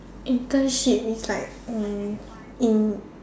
internship is like mm in